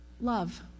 Love